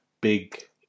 big